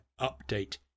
Update